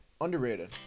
Underrated